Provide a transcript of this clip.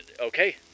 okay